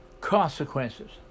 consequences